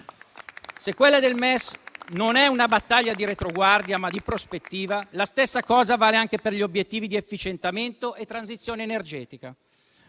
Se quella del MES non è una battaglia di retroguardia, ma di prospettiva, la stessa cosa vale anche per gli obiettivi di efficientamento e transizione energetica.